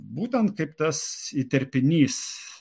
būtent kaip tas įterpinys